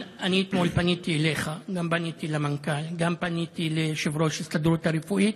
פניתי אליך וגם פניתי למנכ"ל וגם פניתי ליושב-ראש ההסתדרות הרפואית.